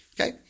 Okay